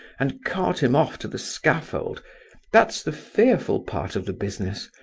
and cart him off to the scaffold that's the fearful part of the business.